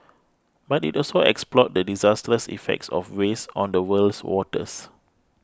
but it also explored the disastrous effects of waste on the world's waters